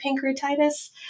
pancreatitis